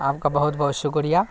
آپ کا بہت بہت شکریہ